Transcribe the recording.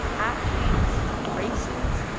athletes, races,